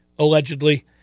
allegedly